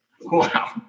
Wow